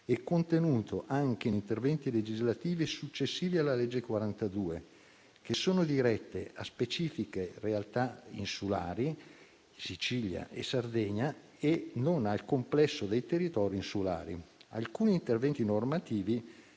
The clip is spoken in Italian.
è contenuto anche in interventi legislativi successivi alla legge n. 42, che sono diretti a specifiche realtà insulari - Sicilia e Sardegna - e non al complesso dei territori insulari. Alcuni interventi normativi